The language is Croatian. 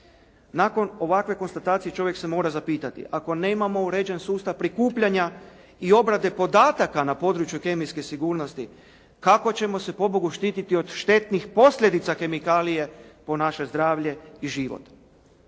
Nakon ovakve konstatacije čovjek se mora zapitati, ako nemamo uređen sustav prikupljanja i obrade podataka na području kemijske sigurnosti, kako ćemo se pobogu štititi od štetnih posljedica kemikalije po naše zdravlje i život.